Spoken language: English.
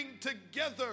together